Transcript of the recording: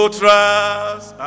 trust